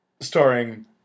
Starring